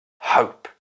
hope